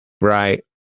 Right